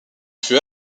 fut